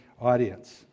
audience